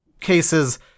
cases